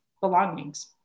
belongings